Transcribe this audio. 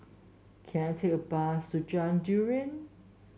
can I take a bus to Jalan Durian